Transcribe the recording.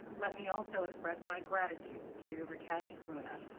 let me also express my gratitude to rakesh khurana,